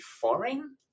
foreign